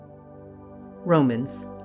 Romans